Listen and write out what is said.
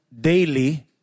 daily